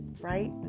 right